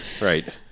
Right